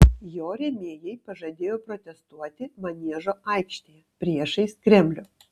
jo rėmėjai pažadėjo protestuoti maniežo aikštėje priešais kremlių